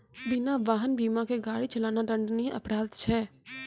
बिना वाहन बीमा के गाड़ी चलाना दंडनीय अपराध छै